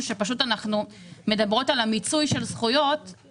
שפשוט אנחנו מדברות על המיצוי של זכויות.